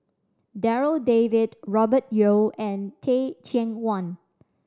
Darryl David Robert Yeo and Teh Cheang Wan